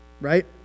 right